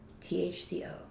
thco